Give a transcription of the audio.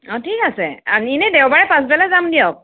অঁ ঠিক আছে এনেই দেওবাৰে পাছবেলা যাম দিয়ক